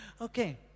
Okay